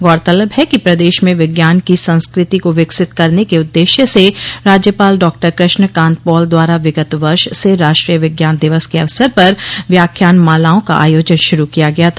गौरतलब है कि प्रदेश में विज्ञान की संस्कृति को विकसित करने के उद्देश्य से राज्यपाल डॉ कृष्ण कांत पाल द्वारा विगत वर्ष से राष्ट्रीय विज्ञान दिवस के अवसर पर व्याख्यानमालाओं का आयोजन शुरू किया गया था